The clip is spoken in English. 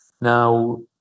Now